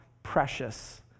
Precious